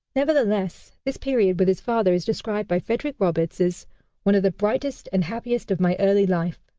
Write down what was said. nevertheless, this period with his father is described by frederick roberts as one of the brightest and happiest of my early life.